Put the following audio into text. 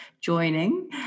joining